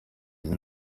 than